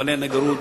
מפעלי הנגרות,